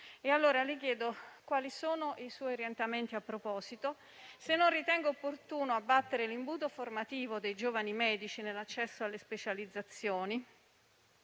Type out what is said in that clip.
chiedo, quindi, quali sono i suoi orientamenti in proposito, se non ritenga opportuno abbattere l'imbuto formativo dei giovani medici nell'accesso alle specializzazioni,